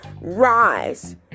Rise